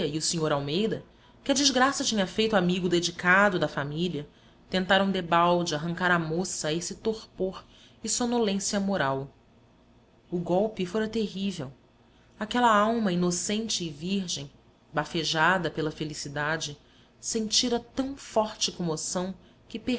e o sr almeida que a desgraça tinha feito amigo dedicado da família tentaram debalde arrancar a moça a esse torpor e sonolência moral o golpe fora terrível aquela alma inocente e virgem bafejada pela felicidade sentira tão forte comoção que